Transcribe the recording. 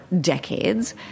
decades